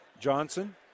Johnson